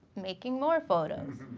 making more photos.